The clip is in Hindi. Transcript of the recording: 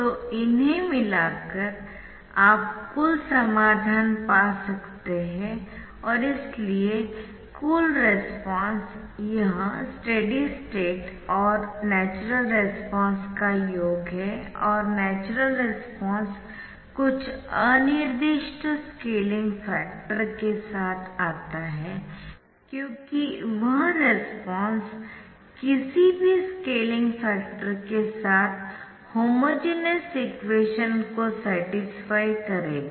तो इन्हें मिलाकर आप कुल समाधान पा सकते है और इसलिए कुल रेस्पॉन्स यह स्टेडी स्टेट और नैचरल रेस्पॉन्सेस का योग है और नैचरल रेस्पॉन्स कुछ अनिर्दिष्ट स्केलिंग फॅक्टर के साथ आता है क्योंकि वह रेस्पॉन्स किसी भी स्केलिंग फॅक्टर के साथ होमोजेनियस इक्वेशन को सैटिस्फाई करेगा